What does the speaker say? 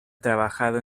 trabajado